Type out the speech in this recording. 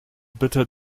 bitte